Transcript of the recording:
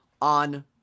on